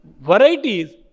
varieties